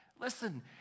Listen